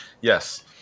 yes